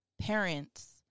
parents